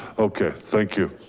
okay. thank you.